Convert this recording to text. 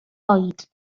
oed